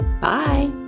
Bye